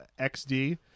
xd